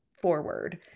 forward